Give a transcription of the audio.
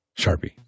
Sharpie